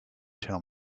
tell